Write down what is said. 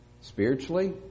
spiritually